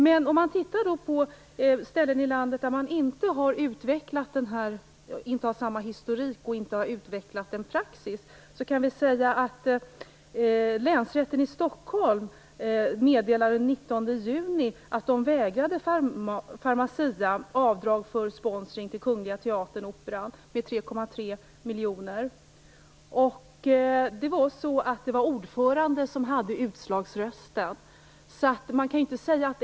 Men på andra ställen i landet har man inte samma historik och har inte utvecklat en praxis. Kungliga teatern Operan med 3,3 miljoner. Det var ordföranden som hade utslagsrösten.